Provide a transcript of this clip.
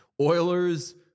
Oilers